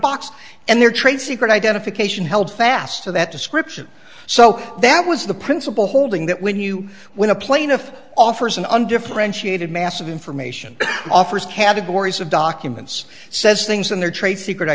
box and their trade secret identification held fast to that description so that was the principle holding that when you when a plaintiff offers an undifferentiated mass of information offers categories of documents says things in their trade secret